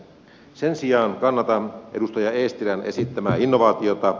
sen sijaan kannatan edustaja eestilän esittämää innovaatiota